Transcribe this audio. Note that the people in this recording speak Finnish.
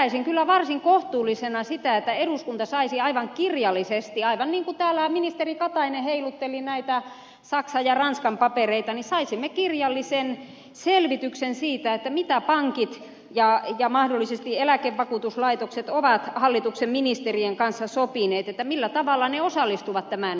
pitäisin kyllä varsin kohtuullisena sitä että eduskunta saisi aivan kirjallisen selvityksen aivan niin kuin täällä ministeri katainen heilutteli näitä saksan ja ranskan papereita siitä mitä pankit ja mahdollisesti eläkevakuutuslaitokset ovat hallituksen ministerien kanssa sopineet millä tavalla ne osallistuvat tämän kriisin hoitamiseen